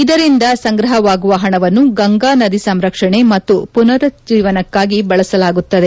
ಇದರಿಂದ ಸಂಗ್ರಹವಾಗುವ ಹಣವನ್ನು ಗಂಗಾ ನದಿ ಸಂರಕ್ಷಣೆ ಮತ್ತು ಪುನರುಜ್ಞೇನವಕ್ಕಾಗಿ ಬಳಸಲಾಗುತ್ತದೆ